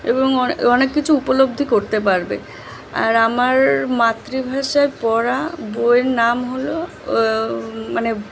এবং অনেক অনেক কিছু উপলব্ধি করতে পারবে আর আমার মাতৃভাষায় পড়া বইয়ের নাম হলো মানে